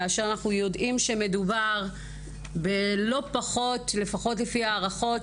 כאשר אנחנו יודעים שמדובר בלא פחות לפחות לפי הערכות